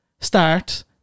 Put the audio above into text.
start